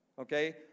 okay